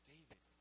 David